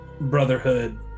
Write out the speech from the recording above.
brotherhood